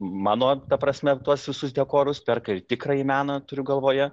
mano ta prasme tuos visus dekorus perka ir tikrąjį meną turiu galvoje